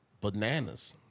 bananas